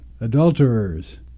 adulterers